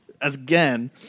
Again